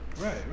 right